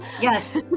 Yes